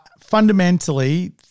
fundamentally